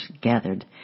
gathered